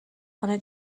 خانه